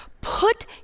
Put